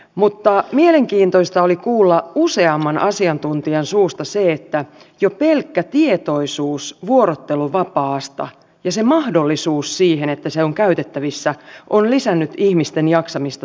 mutta mielenkiintoista oli kuulla useamman asiantuntijan suusta se että jo pelkkä tietoisuus vuorotteluvapaasta ja mahdollisuus siihen että se on käytettävissä on lisännyt ihmisten jaksamista töissä